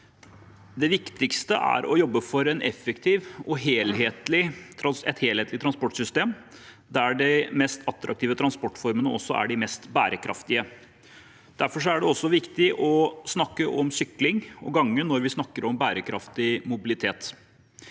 Det viktigste er å jobbe for et effektivt og helhetlig transportsystem der de mest attraktive transportformene også er de mest bærekraftige. Derfor er det også viktig å snakke om sykling og gange når vi snakker om bærekraftig mobilitet.